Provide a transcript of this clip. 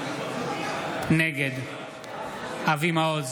נגד אבי מעוז,